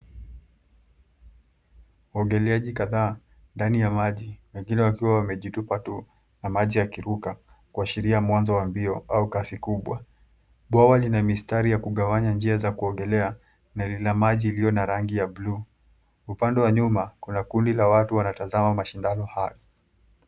Waogeleaji kadhaa ndani ya maji wengine wakiwa wamejitupa tu na maji yakiruka kuashiria mwanzo wa mbio au kasi kubwa. Bwawa lina mistari ya kugawanya njia za kuogelea na yenye waji iliyorangi ya bluu. Upande wa nyuma kuna kundi la watu wanatazama mashindano hayo.